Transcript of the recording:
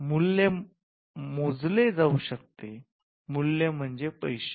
मूल्य मोजले जाऊ शकते मूल्य म्हणजे पैसे